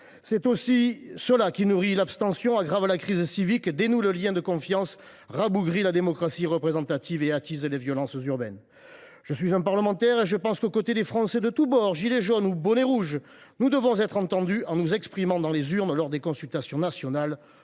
C’est aussi cela qui nourrit l’abstention, aggrave la crise civique, dénoue le lien de confiance, rabougrit la démocratie représentative et attise les violences urbaines. Je suis un parlementaire, mais aussi un citoyen, et je pense, aux côtés des Français de tous bords –« gilets jaunes » ou « bonnets rouges »–, que nous devons être entendus en nous exprimant dans les urnes lors de consultations nationales